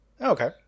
Okay